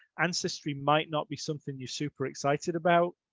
ancestry might not be something you're super excited about.